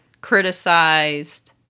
criticized